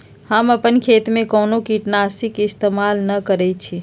हम अपन खेत में कोनो किटनाशी इस्तमाल न करई छी